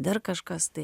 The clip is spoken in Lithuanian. dar kažkas tai